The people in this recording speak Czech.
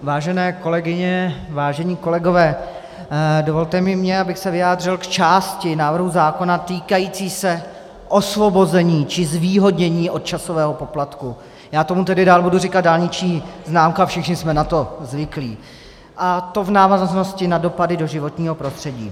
Vážené kolegyně, vážení kolegové, dovolte i mně, abych se vyjádřil k části návrhu zákona týkající se osvobození či zvýhodnění od časového poplatku já tomu tedy dál budu říkat dálniční známka, všichni jsme na to zvyklí a to v návaznosti na dopady do životního prostředí.